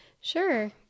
sure